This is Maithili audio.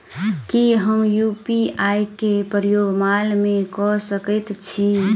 की हम यु.पी.आई केँ प्रयोग माल मै कऽ सकैत छी?